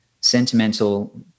sentimental